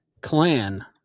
clan